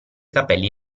capelli